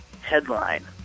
headline